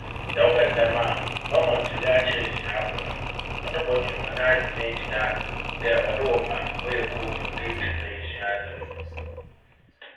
Sɛ ɔba no dɛm a mɛma toli akyerɛ esuafo no. Ɔno bɔtwe hɔn adwen egyina dɛ, ɔwɔ dɛ ɔma wɔyɛ komm na yetum esua adze do.